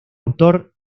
autor